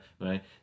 right